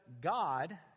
God